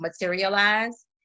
materialize